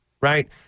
right